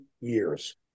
years